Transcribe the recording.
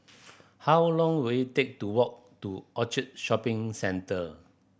how long will it take to walk to Orchard Shopping Centre